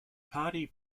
party